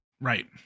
Right